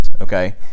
okay